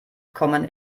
kommen